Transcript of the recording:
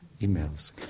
emails